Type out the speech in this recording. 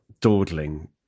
dawdling